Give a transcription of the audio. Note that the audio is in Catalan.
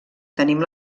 tenim